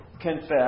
confess